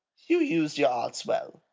you used your arts well.